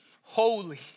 Holy